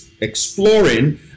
exploring